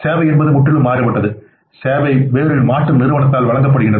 சேவை என்பது முற்றிலும் மாறுபட்டது சேவை வேறு மாற்று நிறுவனத்தால் வழங்கப்படுகின்றன